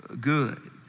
good